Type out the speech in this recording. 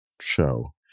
show